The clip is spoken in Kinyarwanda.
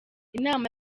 inama